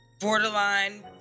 borderline